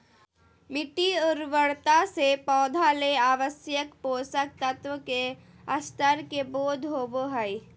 मिटटी उर्वरता से पौधा ले आवश्यक पोषक तत्व के स्तर के बोध होबो हइ